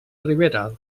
ribera